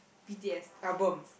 B_T_S album